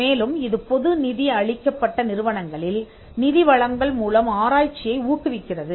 மேலும் இது பொதுநிதி அளிக்கப்பட்ட நிறுவனங்களில் நிதி வழங்கல் மூலம் ஆராய்ச்சியை ஊக்குவிக்கிறது